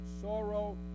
sorrow